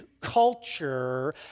culture